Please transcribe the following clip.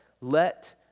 let